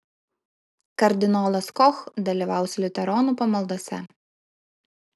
kardinolas koch dalyvaus liuteronų pamaldose